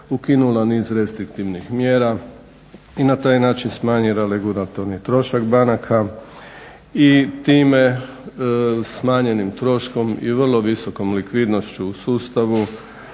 ukinula niz restriktivnih mjera i na taj način smanjila regulatorni trošak banaka. I time smanjenim troškom i vrlo visokom likvidnošću u sustavu